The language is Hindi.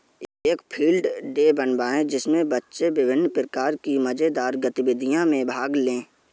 एक फील्ड डे बनाएं जिसमें बच्चे विभिन्न प्रकार की मजेदार गतिविधियों में भाग लें